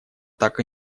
так